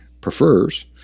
prefers